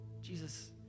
Jesus